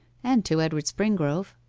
and to edward springrove